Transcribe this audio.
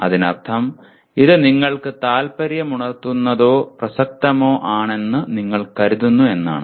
അതിനർത്ഥം ഇത് നിങ്ങൾക്ക് താൽപര്യമുണർത്തുന്നതോ പ്രസക്തമോ ആണെന്ന് നിങ്ങൾ കരുതുന്നു എന്നാണ്